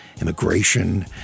immigration